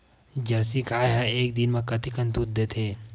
Jersey गाय ह एक दिन म कतेकन दूध देथे?